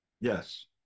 Yes